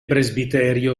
presbiterio